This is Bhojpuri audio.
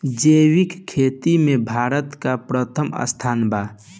जैविक खेती में भारत के प्रथम स्थान बा